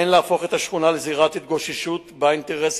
אין להפוך את השכונה לזירת התגוששות בין